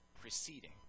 preceding